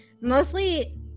mostly